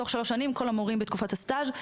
תוך שלוש שנים כל המורים בתקופת הסטאז'